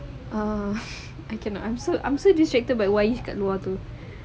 uh I cannot I'm so I'm so distracted by bayi kat luar tu